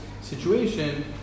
situation